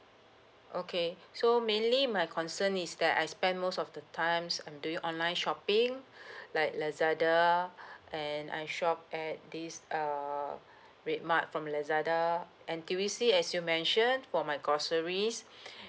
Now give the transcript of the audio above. okay so mainly my concern is that I spend most of the times I'm doing online shopping like lazada and I shop at this uh red mart from lazada N_T_U_C as you mentioned for my groceries